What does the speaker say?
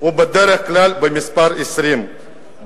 הוא בדרך כלל במספרי ה-20, .